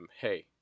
hey